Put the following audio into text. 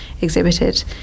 exhibited